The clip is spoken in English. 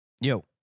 yo